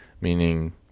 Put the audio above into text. meaning